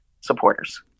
supporters